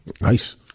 Nice